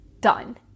done